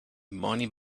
money